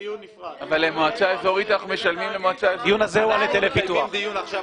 --- הדיון הזה הוא על היטלי פיתוח.